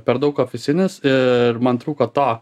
per daug ofisinis ir man trūko to